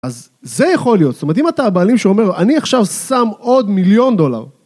אז זה יכול להיות, זאת אומרת אם אתה הבעלים שאומר אני עכשיו שם עוד מיליון דולר.